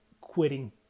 quitting